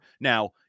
Now